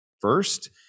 first